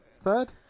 third